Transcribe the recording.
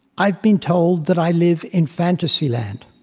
i have been told that i live in fantasy land.